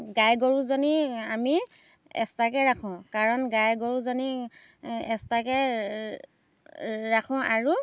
গাই গৰুজনী আমি এক্স ট্ৰাকে ৰাখোঁ কাৰণ গাই গৰুজনী এক্সট্ৰাকে ৰাখোঁ আৰু